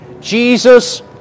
Jesus